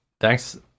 thanks